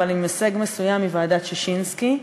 אבל עם הישג מסוים מוועדת ששינסקי,